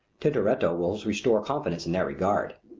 tintoretto will restore confidence in that regard.